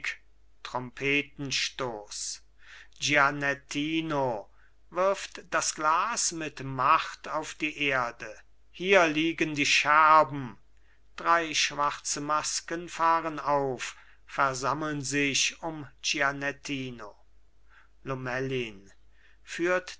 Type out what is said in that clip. gianettino wirft das glas mit macht auf die erde hier liegen die scherben drei schwarze masken fahren auf versammeln sich um gianettino lomellin führt